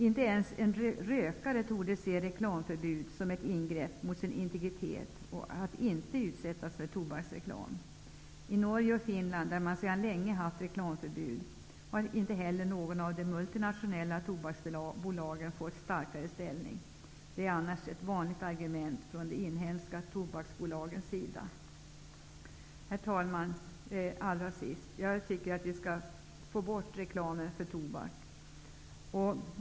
Inte ens en rökare torde se ett reklamförbud som ett ingrepp i integriteten när det gäller detta med att inte utsättas för tobaksreklam. I Norge och Finland, där man sedan länge har reklamförbud, har inte något av de multinationella tobaksbolagen fått en starkare ställning -- ett annars vanligt argument från de inhemska bolagens sida. Herr talman! Allra sist vill jag säga att jag tycker att vi måste få bort reklamen för tobak.